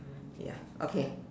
ya okay